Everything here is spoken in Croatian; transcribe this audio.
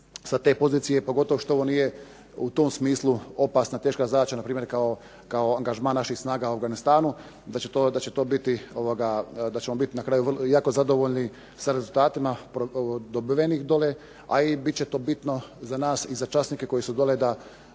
s ove pozicije, pogotovo što ovo nije u tom smislu opasna, teška zadaća kao angažman naših snaga u Afganistanu, da ćemo biti na kraju jako zadovoljni sa rezultatima dobivenim dole, a biti će to bitno i za nas i za časnike koji su dole da